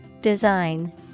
Design